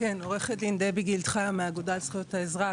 עורכת דין גיל חיו מאגודת זכויות האזרח,